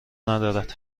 ندارد